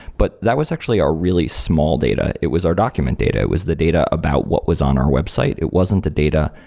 but that was actually a really small data. it was our document data. it was the data about what was on our website. it wasn't the data,